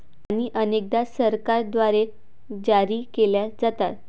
नाणी अनेकदा सरकारद्वारे जारी केल्या जातात